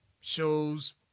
shows